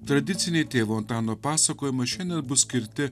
tradiciniai tėvo antano pasakojimai šiandien bus skirti